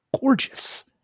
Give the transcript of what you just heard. gorgeous